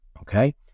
okay